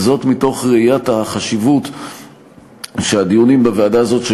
זאת מתוך ראיית החשיבות שהדיונים בוועדה הזאת,